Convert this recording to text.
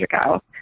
ago